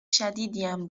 شدیدیم